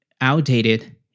outdated